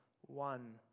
one